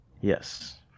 yes